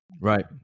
Right